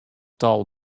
tal